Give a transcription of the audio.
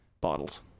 bottles